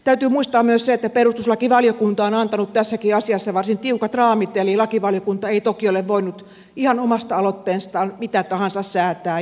täytyy muistaa myös se että perustuslakivaliokunta on antanut tässäkin asiassa varsin tiukat raamit eli lakivaliokunta ei toki ole voinut ihan omasta aloitteestaan mitä tahansa säätää